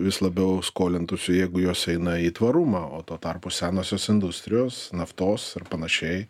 vis labiau skolintųsi jeigu jos eina į tvarumą o tuo tarpu senosios industrijos naftos ir panašiai